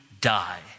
die